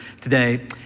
today